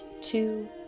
two